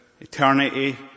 eternity